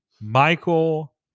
Michael